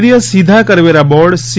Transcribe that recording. કેન્દ્રીય સીધા કરવેરા બોર્ડ સી